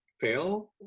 fail